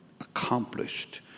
accomplished